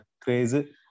crazy